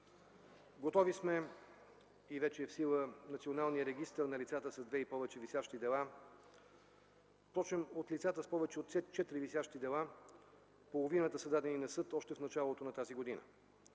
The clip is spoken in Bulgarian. Готови сме и вече е в сила националният регистър на лицата с две и повече висящи дела. Впрочем от лицата с повече от четири висящи дела половината са дадени на съд още в началото на тази година.